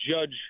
judge